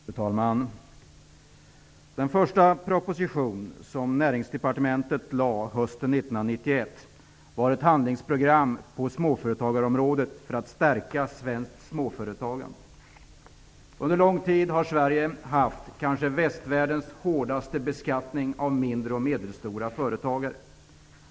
Fru talman! Den första proposition som Näringsdepartementet lade fram hösten 1991 var ett handlingsprogram på småföretagarområdet för att stärka svenskt småföretagande. Sverige har under lång tid haft västvärldens kanske hårdaste beskattning av mindre och medelstora företag.